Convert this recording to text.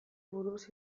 buruz